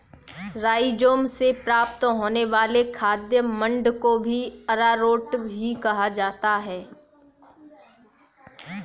rhizome से प्राप्त होने वाले खाद्य मंड को भी अरारोट ही कहा जाता है